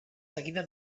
seguida